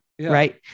Right